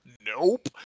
Nope